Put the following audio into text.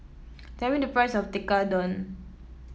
tell me the price of Tekkadon